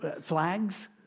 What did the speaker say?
flags